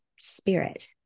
spirit